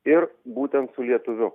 ir būtent su lietuviu